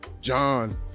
John